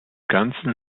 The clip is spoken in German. ganzen